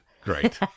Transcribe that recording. great